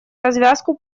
развязку